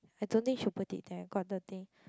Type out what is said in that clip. I don't think she will put it there got the thing